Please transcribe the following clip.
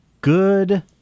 Good